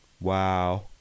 wow